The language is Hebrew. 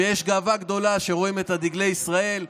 שיש גאווה גדולה שרואים את דגלי ישראל,